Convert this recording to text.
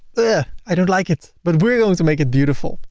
yeah i don't like it, but we're going to make it beautiful.